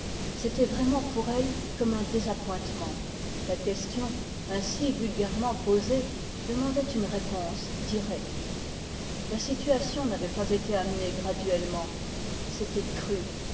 c'était vraiment pour elle comme un désappointement la question ainsi vulgairement posée demandait une réponse directe la situation n'avait pas été amenée graduellement c'était cru